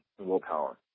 willpower